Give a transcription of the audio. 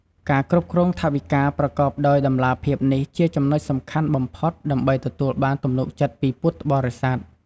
ការគ្រប់គ្រងថវិកាប្រកបដោយតម្លាភាពនេះជាចំណុចសំខាន់បំផុតដើម្បីទទួលបានទំនុកចិត្តពីពុទ្ធបរិស័ទ។